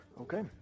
Okay